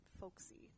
folksy